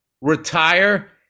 retire